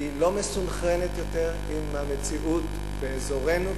לא מסונכרנת יותר עם המציאות באזורנו,